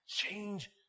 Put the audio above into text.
Change